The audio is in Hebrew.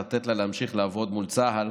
לתת לה להמשיך לעבוד מול צה"ל